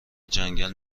جنگل